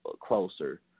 closer